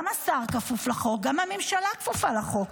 גם השר כפוף לחוק, גם הממשלה כפופה לחוק.